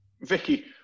Vicky